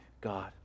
God